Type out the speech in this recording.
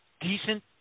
decent